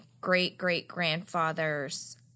great-great-grandfather's